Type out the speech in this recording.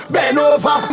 Benova